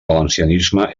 valencianisme